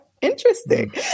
interesting